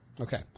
Okay